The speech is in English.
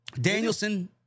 Danielson